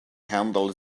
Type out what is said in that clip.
handle